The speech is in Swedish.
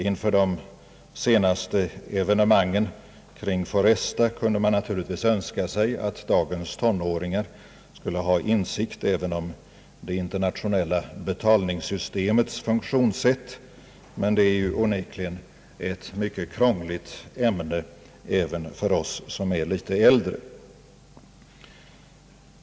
Inför de senaste evenemangen kring Foresta kunde man naturligtvis önska sig, att dagens ton åringar skulle ha insikt även om det internationella betalningssystemets funktionssätt. Men det är ju onekligen ett mycket krångligt ämne även för oss som är litet äldre.